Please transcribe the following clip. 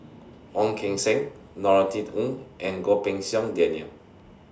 Ong Keng Sen Norothy Ng and Goh Pei Siong Daniel